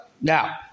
Now